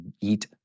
eat